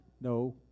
No